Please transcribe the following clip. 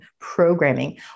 programming